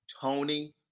Tony